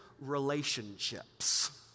relationships